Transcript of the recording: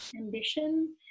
ambition